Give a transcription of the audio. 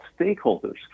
stakeholders